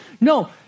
No